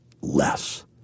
less